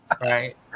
Right